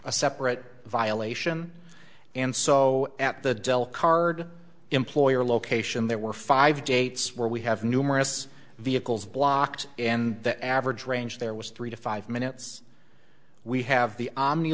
a separate violation and so at the card employer location there were five dates where we have numerous vehicles blocked and the average range there was three to five minutes we have